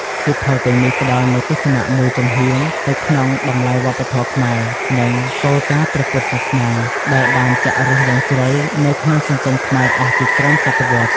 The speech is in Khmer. សៀវភៅទាំងនេះផ្ដល់នូវទស្សនៈមួយចំហៀងទៅក្នុងតម្លៃវប្បធម៌ខ្មែរ និងគោលការណ៍ព្រះពុទ្ធសាសនា ដែលបានចាក់ឫសយ៉ាងជ្រៅនៅក្នុងសង្គមខ្មែរអស់ជាច្រើនសតវត្សរ៍។